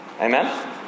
Amen